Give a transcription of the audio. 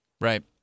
Right